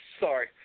sorry